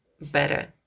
better